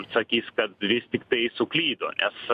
sakys kad vis tiktai suklydo nes